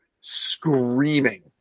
screaming